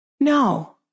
No